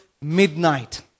midnight